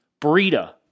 Burita